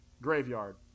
Graveyard